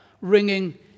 ringing